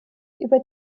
über